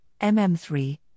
MM3